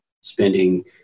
spending